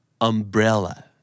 Umbrella